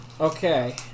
okay